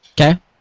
Okay